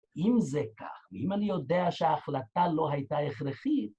אם זה כך, ואם אני יודע שההחלטה לא הייתה הכרחית...